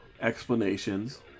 explanations